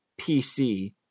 PC